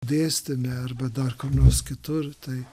dėstyme arba dar kur nors kitur tai